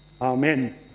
Amen